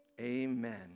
Amen